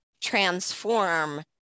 transform